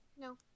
No